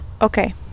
okay